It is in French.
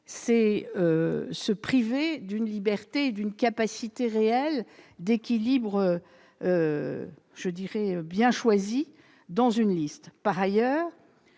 c'est se priver d'une liberté et d'une capacité réelle d'équilibre bien choisi au sein d'une liste. Par ailleurs,